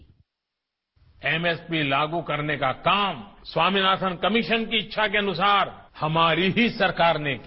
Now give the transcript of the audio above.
bite M S P लागू करने का काम स्वामीनाथन कमिशन की इच्छा के अनुसार हमारी ही सरकार ने किया